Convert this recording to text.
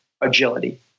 agility